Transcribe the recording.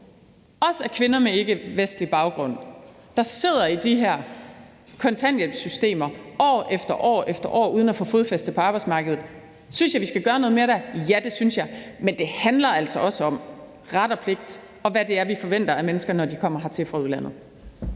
også af kvinder med ikkevestlig baggrund, der sidder i de her kontanthjælpssystemer år efter år uden at få fodfæste på arbejdsmarkedet, og synes jeg, vi skal gøre noget mere der? Ja, det synes jeg. Men det handler altså også om ret og pligt, og hvad det er, vi forventer af mennesker, når de kommer hertil fra udlandet.